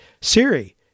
Siri